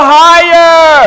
higher